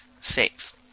Six